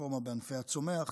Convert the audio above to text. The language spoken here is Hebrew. הרפורמה בענפי הצומח